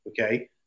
okay